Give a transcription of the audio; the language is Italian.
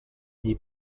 gli